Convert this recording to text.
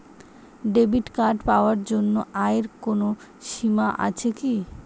Debit card পাওয়ার জন্য আয়ের কোনো সীমা আছে কি?